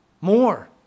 More